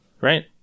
right